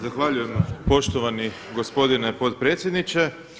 Zahvaljujem poštovani gospodine potpredsjedniče.